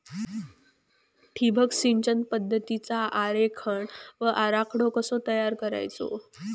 ठिबक सिंचन पद्धतीचा आरेखन व आराखडो कसो तयार करायचो?